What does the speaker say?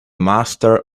master